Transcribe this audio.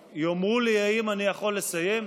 יאמרו לי, האם אני יכול לסיים,